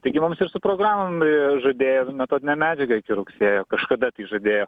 taigi mums ir su programom žadėjo metodinę medžiagą iki rugsėjo kažkada tai žadėjo